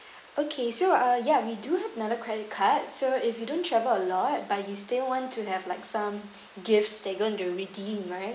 okay so uh ya we do have another credit card so if you don't travel a lot but you still want to have like some gifts that you're going to redeem right